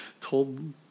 told